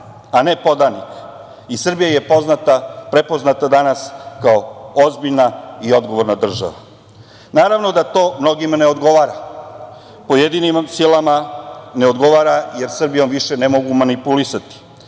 a ne podanik, i Srbija je prepoznata danas kao ozbiljna i odgovorna država. Naravno da to mnogima ne odgovara. Pojedinim silama ne odgovara jer Srbijom više ne mogu manipulisati,